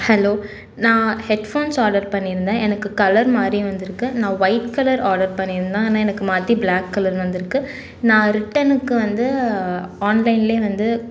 hello நான் headphones order பண்ணி இருந்தேன் எனக்கு கலர் மாறி வந்து இருக்கு நான் ஒயிட் கலர் ஆர்டர் பண்ணி இருந்தேன் ஆனால் எனக்கு மாற்றி பிளாக் கலர் வந்துருக்கு நான் ரிட்டர்னுக்கு வந்து ஆன்லைன்ல வந்து